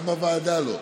גם בוועדה לא,